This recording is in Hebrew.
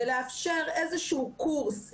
ולאפשר איזשהו קורס.